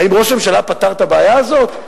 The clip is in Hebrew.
האם ראש הממשלה פתר את הבעיה הזאת?